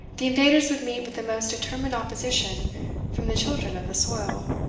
the invaders would meet with the most determined opposition from the children of the soil.